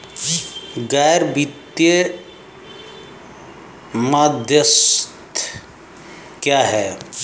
गैर वित्तीय मध्यस्थ क्या हैं?